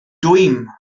dwym